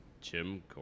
Jim